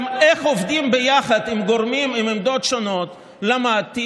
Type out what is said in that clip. גם איך עובדים ביחד עם גורמים עם עמדות שונות למדתי